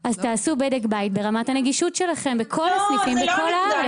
להלן תרגומם: אז תעשו בדק בית ברמת הנגישות שלכם בכל הסניפים בכל הארץ).